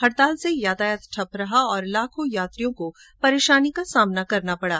हड़ताल से यातायात ठप्प रहा और लाखों यात्रियों को परेशानी का सामना करना पड़ा